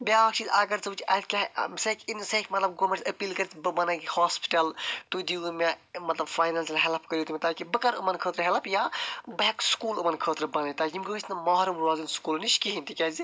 بیٛاکھ چیٖز اَگر ژٕ وُچھَکھ اَتہِ کیٛاہ سۭہ ہیٚکہِ سُہ ہیٚکہِ مطلب گورمیٚنٹَس أپیٖل کٔرِتھ بہٕ بَناوٕ ہاسپِٹَل تُہۍ دِیو مےٚ مطلب مےٚ ہیٚلٕپ کٔرِتھ تاکہِ بہٕ کرٕ یِمَن خٲطرٕ ہیٚلٕپ یا بہٕ ہیٚکہٕ سُکوٗل یِمَن خٲطرٕ بِنٲوِتھ تاکہِ یِم گژھۍ نہٕ محروم روزٕنۍ سُکول نِش کِہیٖنۍ تِکیٛازِ